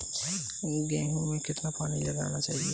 गेहूँ में कितना पानी लगाना चाहिए?